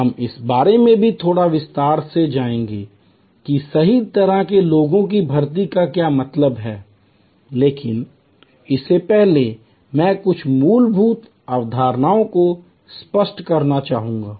हम इस बारे में थोड़ा विस्तार से जाएंगे कि सही तरह के लोगों की भर्ती का क्या मतलब है लेकिन इससे पहले मैं कुछ मूलभूत अवधारणाओं को स्पष्ट करना चाहूंगा